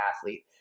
athlete